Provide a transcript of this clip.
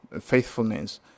faithfulness